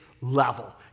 level